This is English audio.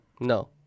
No